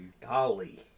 Golly